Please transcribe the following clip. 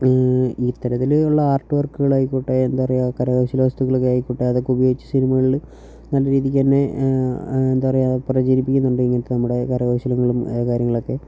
ഇത്തരത്തിൽ ഉള്ള ആർട്ട് വർക്കുകളായിക്കോട്ടെ എന്താ പറയുക കരകൗശല വസ്തുക്കളൊക്കെ ആയിക്കോട്ടെ അതൊക്കെ ഉപയോഗിച്ച് സിനിമകളിൽ നല്ല രീതിയ്ക്ക് തന്നെ എന്താ പറയുക പ്രചരിപ്പിക്കുന്നുണ്ട് ഇങ്ങനത്തെ നമ്മുടെ കരകൗശലങ്ങളും കാര്യങ്ങളൊക്കെ